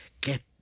get